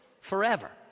forever